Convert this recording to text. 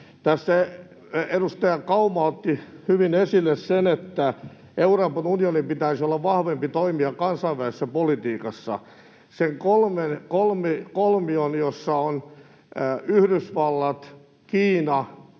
Tässä edustaja Kauma otti hyvin esille sen, että Euroopan unionin pitäisi olla vahvempi toimija kansainvälisessä politiikassa. Siihen kolmioon, jossa on Yhdysvallat, Kiina